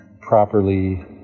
properly